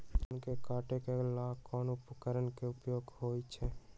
धान के काटे का ला कोंन उपकरण के उपयोग होइ छइ?